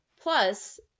plus